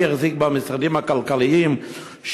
מי החזיק במשרדים הכלכליים,